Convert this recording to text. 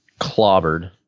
clobbered